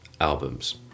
albums